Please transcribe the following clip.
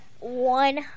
one